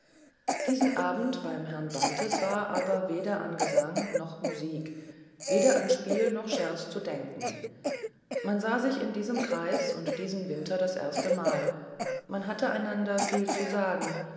diesen abend beim herrn bantes war aber weder an gesang noch musik weder an spiel noch scherz zu denken man sah sich in diesem kreise und diesen winter das erstemal man hatte sich einander viel zu sagen